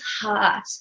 heart